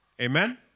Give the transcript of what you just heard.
Amen